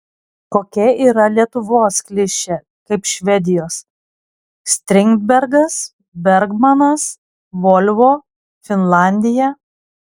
kokia yra lietuvos klišė kaip švedijos strindbergas bergmanas volvo finlandija